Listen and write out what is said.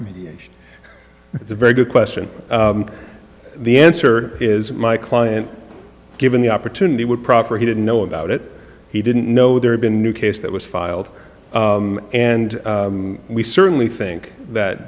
me it's a very good question the answer is my client given the opportunity would proper he didn't know about it he didn't know there had been new case that was filed and we certainly think that